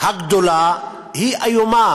הגדולה היא איומה.